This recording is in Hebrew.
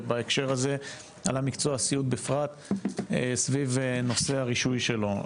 ובהקשר הזה על מקצוע הסיעוד בפרט סביב נושא הרישוי שלו.